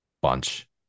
bunch